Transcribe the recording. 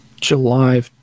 July